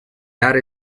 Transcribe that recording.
aree